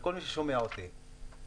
וכל מי ששומע אותי,